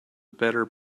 better